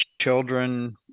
children